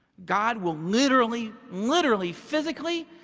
god will literally, literally physically,